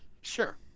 sure